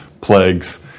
plagues